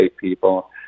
people